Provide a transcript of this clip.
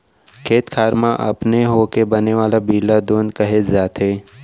खेत खार म अपने होके बने वाला बीला दोंद कहे जाथे